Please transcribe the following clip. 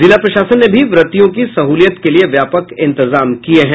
जिला प्रशासन ने भी व्रतियों की सहूलियत के लिये व्यापक इंतजाम किये हैं